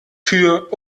tür